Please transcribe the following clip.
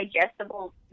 digestible